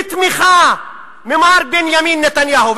בתמיכה של מר בנימין נתניהו,